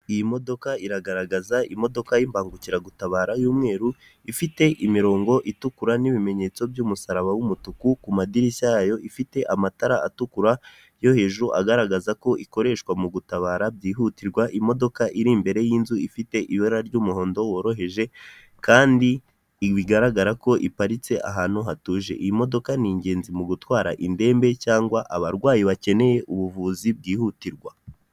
Umuntu uhagaze imbere y'imbaga y'abantu benshi, wambaye imyenda y'umukara. ufite indangururamajwi y'umukara, inyuma ye hakaba hari ikigega cy'umukara kijyamo amazi aturutse k'umureko w'inzu. N'inzu yubatse n'amatafari ahiye.